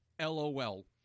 LOL